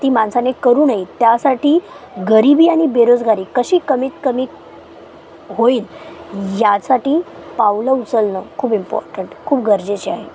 ती माणसाने करू नये त्यासाठी गरिबी आणि बेरोजगारी कशी कमीत कमी होईल यासाठी पावलं उचलणं खूब इम्पॉर्टंट खूप गरजेचे आहे